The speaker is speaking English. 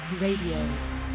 Radio